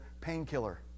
painkiller